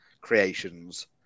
Creations